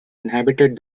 inhabited